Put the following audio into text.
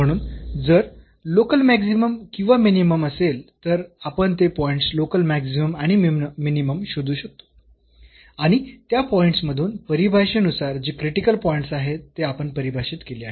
म्हणून जर local maximum किंवा मिनिमम असेल तर आपण ते पॉईंट्स लोकल मॅक्सिमम आणि मिनिमम शोधू शकतो आणि त्या पॉईंट्स मधून परिभाषेनुसार जे क्रिटिकल पॉईंट्स आहेत ते आपण परिभाषित केले आहेत